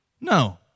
No